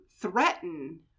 threaten